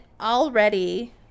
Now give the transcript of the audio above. already